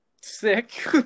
sick